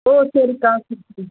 ஓ சரிக்கா சரி சரி